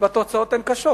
והתוצאות הן קשות.